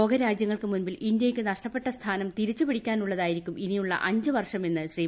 ലോക രാജ്യങ്ങൾക്ക് മുമ്പിൽ ഇന്ത്യയ്ക്ക് നഷ്ടപ്പെട്ട സ്ഥാനം തിരിച്ചു പിടിക്കാനുള്ളതായിരുക്കും ഇനിയുള്ള അഞ്ച് വർഷമെന്ന് ശ്രീ